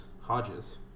hodges